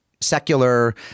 secular